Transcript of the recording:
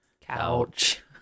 Couch